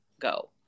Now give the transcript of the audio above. go